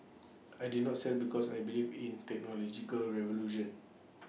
I did not sell because I believe in technological revolution